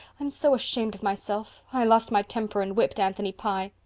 i'm so ashamed of myself. i lost my temper and whipped anthony pye.